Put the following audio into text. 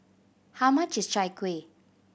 how much is Chai Kueh